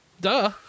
Duh